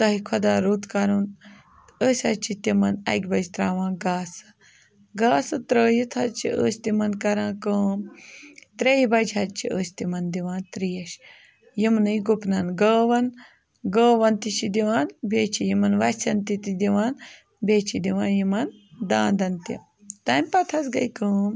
تۄہہِ خۄدا رُت کَرُن أسۍ حظ چھِ تِمَن اَکہِ بَجہِ ترٛاوان گاسہٕ گاسہٕ ترٛٲیِتھ حظ چھِ أسۍ تِمَن کَران کٲم ترٛیٚیہِ بَجہِ حظ چھِ أسۍ تِمَن دِوان ترٛیش یِمنٕے گُپنَن گٲوَن گٲوَن تہِ چھِ دِوان بیٚیہِ چھِ یِمَن وَژٮ۪ن تہِ تہِ دِوان بیٚیہِ چھِ دِوان یِمَن دانٛدَن تہِ تَمہِ پَتہٕ حظ گٔے کٲم